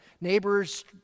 neighbor's